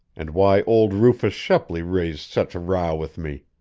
and why old rufus shepley raised such a row with me!